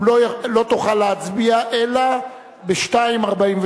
לא תוכל להצביע אלא ב-14:37.